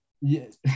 Yes